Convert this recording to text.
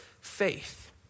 faith